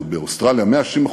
או באוסטרליה ב-160%.